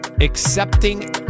Accepting